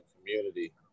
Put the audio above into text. community